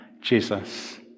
Jesus